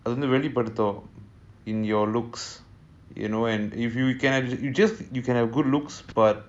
அதுவந்துவெளிப்படுத்துவோம்:adhu vandhu velipaduthuvom in your looks you know and if you can just you just you can have good looks but it will fade after awhile if it's only the good looks